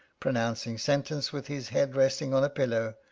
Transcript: pronouncing sentence, with his head resting on a pillow,